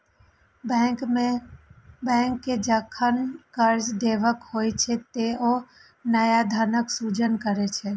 bank कें जखन कर्ज देबाक होइ छै, ते ओ नया धनक सृजन करै छै